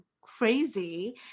crazy